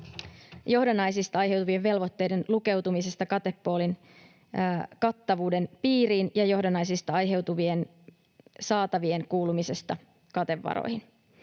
johdannaisista aiheutuvien velvoitteiden lukeutumisesta katepoolin kattavuuden piiriin ja johdannaisista aiheutuvien saatavien kuulumisesta katevaroihin.